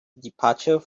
departure